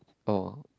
oh